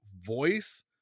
voice